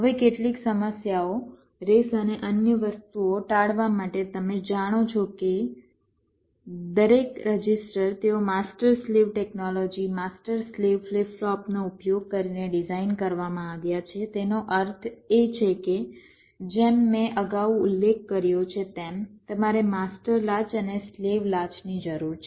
હવે કેટલીક સમસ્યાઓ રેસ અને અન્ય વસ્તુઓ ટાળવા માટે તમે જાણો છો તે દરેક રજિસ્ટર તેઓ master slave technology master slave flip ફ્લોપનો ઉપયોગ કરીને ડિઝાઇન કરવામાં આવ્યા છે તેનો અર્થ એ છે કે જેમ કે મેં અગાઉ ઉલ્લેખ કર્યો છે તેમ તમારે માસ્ટર લાચ અને સ્લેવ લાચની જરૂર છે